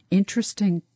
interesting